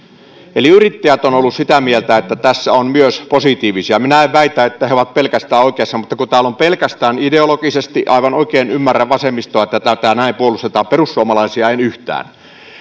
eli yrittäjät on ollut sitä mieltä että tässä on myös positiivista minä en väitä että he ovat pelkästään oikeassa mutta täällä on pelkästään ideologisesti vastustettu ja aivan oikein ymmärrän vasemmistoa että tätä näin vastustetaan mutta perussuomalaisia en yhtään